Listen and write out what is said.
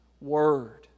Word